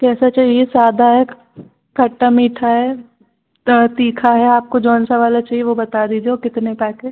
कैसा चाहिए सादा है खट्टा मीठा है तीखा है आपको जौन सा वाला चाहिए वो बता दीजिए वो कितने पैकेट